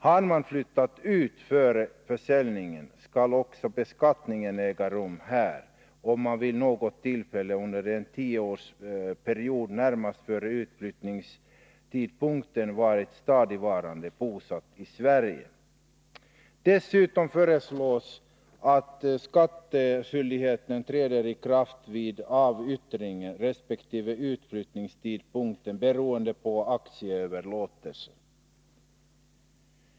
Har man flyttat ut före försäljningen, skall också beskattningen äga rum här, om man vid något tillfälle under en tioårsperiod närmast före utflyttningstidpunkten varit stadigvarande bosatt i Sverige. Dessutom föreslås att skattskyldigheten träder i kraft vid avyttringen resp. utflyttningstidpunkten beroende på aktieöverlåtelsen.